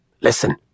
Listen